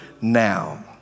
now